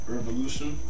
Revolution